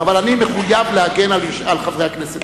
אבל אני מחויב להגן על חברי הכנסת.